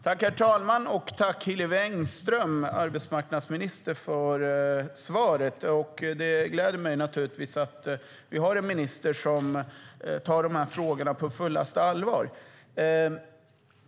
Herr talman! Jag tackar arbetsmarknadsminister Hillevi Engström för svaret. Det gläder mig naturligtvis att vi har en minister som tar dessa frågor på fullaste allvar.